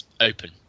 open